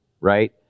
right